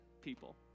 people